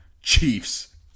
Chiefs